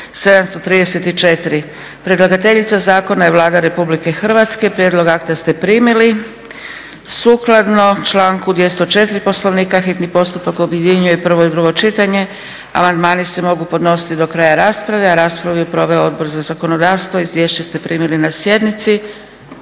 734; Predlagateljica zakona je Vlada Republike Hrvatske. Prijedlog akta ste primili. Sukladno članku 204. Poslovnika hitni postupak objedinjuje prvo i drugo čitanje. Amandmani se mogu podnositi do kraja rasprave. Raspravu je proveo Odbor za zakonodavstvo. Izvješće ste primili na sjednici.